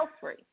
free